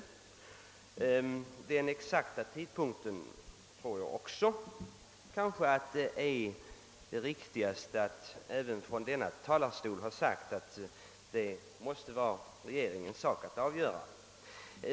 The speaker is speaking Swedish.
Beträffande den exakta tidpunken för ett erkännande av Nordvietnam tror jag också det är riktigast att även från denna talarstol förklara att det måste vara regeringens sak att avgöra — och ati bära ansvaret för avgörandet.